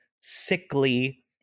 sickly